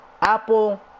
Apple